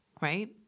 right